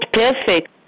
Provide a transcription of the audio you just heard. perfect